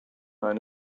eine